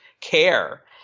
care